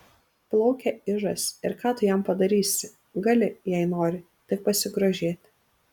plaukia ižas ir ką tu jam padarysi gali jei nori tik pasigrožėti